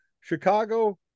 chicago